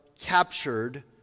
captured